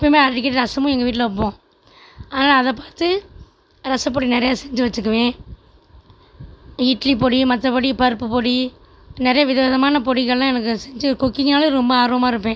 எப்போவுமே அடிக்கடி ரசமும் எங்கள் வீட்டில் வைப்போம் அதனால் அதை பார்த்து ரசப்பொடி நிறைய செஞ்சு வச்சுக்குவேன் இட்லி பொடி மற்றபடி பருப்பு பொடி நிறைய விதவிதமான பொடிகளெலாம் எனக்கு செஞ்சு குக்கிங்னாலே ரொம்ப ஆர்வமாக இருப்பேன்